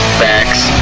facts